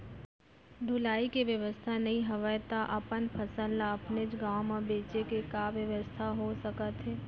ढुलाई के बेवस्था नई हवय ता अपन फसल ला अपनेच गांव मा बेचे के का बेवस्था हो सकत हे?